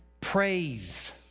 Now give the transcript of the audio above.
praise